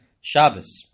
Shabbos